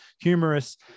humorous